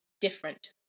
different